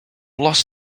lost